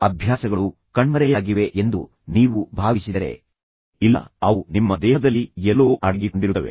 ಅಭ್ಯಾಸಗಳು ಕಣ್ಮರೆಯಾಗಿವೆ ಎಂದು ನೀವು ಭಾವಿಸಿದರೆ ಇಲ್ಲ ಅವು ನಿಮ್ಮ ದೇಹದಲ್ಲಿ ಎಲ್ಲೋ ಅಡಗಿಕೊಂಡಿರುತ್ತವೆ